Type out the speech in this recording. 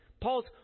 Paul's